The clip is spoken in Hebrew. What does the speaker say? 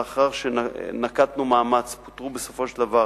לאחר שנקטנו מאמץ, פוטרו בסופו של דבר